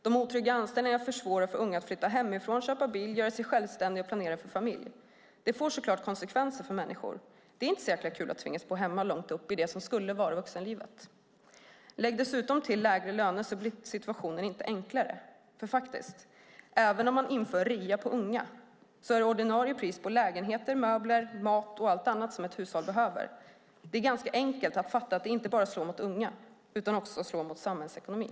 De otrygga anställningarna försvårar för unga att flytta hemifrån, köpa bil, göra sig självständiga och planera för familj. Det får så klart konsekvenser för människor. Det är inte så jäkla kul att tvingas bo hemma långt upp i det som skulle ha varit vuxenlivet. Lägg dessutom till lägre löner, så blir situationen inte enklare. För även om man inför rea på unga är det faktiskt ordinarie pris på lägenheter, möbler, mat och allt annat ett hushåll behöver. Det är ganska enkelt att fatta att det inte bara slår mot unga utan också mot samhällsekonomin.